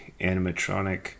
animatronic